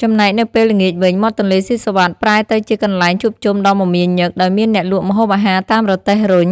ចំណែកនៅពេលល្ងាចវិញ មាត់ទន្លេសុីសុវត្ថិប្រែទៅជាកន្លែងជួបជុំដ៏មមាញឹក ដោយមានអ្នកលក់ម្ហូបអាហារតាមរទេះរុញ